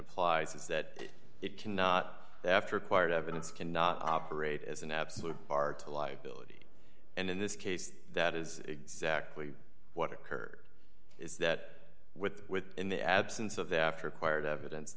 applies is that it cannot after acquired evidence can not operate as an absolute bar to live billeted and in this case that is exactly what occurred is that with with in the absence of the after acquired evidence